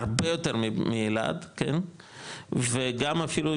הרבה יותר מאלעד וגם אפילו,